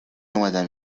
اومدم